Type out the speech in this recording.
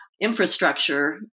infrastructure